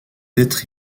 être